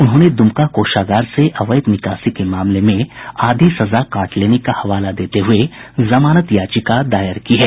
उन्होंने दुमका कोषागार से अवैध निकासी के मामले में आधी सजा काट लेने का हवाले देते हुए जमानत याचिका दायर की है